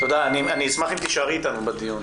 תודה, אשמח אם תישארי איתנו בדיון.